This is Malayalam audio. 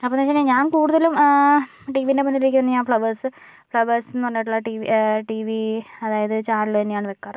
അപ്പോഴേക്കിന് ഞാൻ കൂടുതലും ടീവിൻ്റെ മുന്നിലിരിക്കുമ്പോൾ ഞാൻ ഫ്ളവേഷ്സ് ഫ്ളവേഷ്സെന്ന് പറഞ്ഞിട്ടുള്ള ടി വി ടി വി അതായത് ചാനല് തന്നെയാണ് വെക്കാറ്